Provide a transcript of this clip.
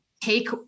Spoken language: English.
take